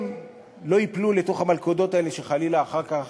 הם לא ייפלו לתוך המלכודות האלה שחלילה אחר כך